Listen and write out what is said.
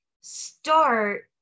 start